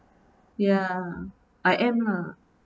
ya I am lah